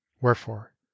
Wherefore